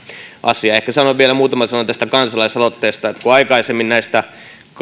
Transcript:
asiaa ehkä sanon vielä muutaman sanan tästä kansalaisaloitteesta kun aikaisemmin näistä